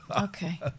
Okay